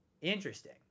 interesting